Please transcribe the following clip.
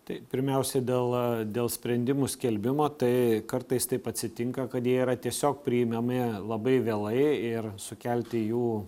tai pirmiausia dėl dėl sprendimų skelbimo tai kartais taip atsitinka kad jie yra tiesiog priimami labai vėlai ir sukelti jų